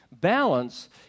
balance